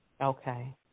Okay